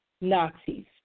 Nazis